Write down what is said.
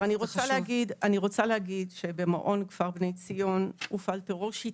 אני רוצה להגיד שבמעון כפר "בני ציון" הופעל טרור שיטתי.